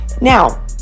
Now